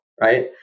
right